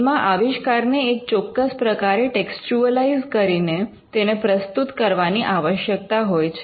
એમાં આવિષ્કારને એક ચોક્કસ પ્રકારે ટેક્સચ્યુઅલાઇઝ કરીને તેને પ્રસ્તુત કરવાની આવશ્યકતા હોય છે